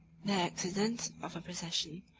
the accident of a procession,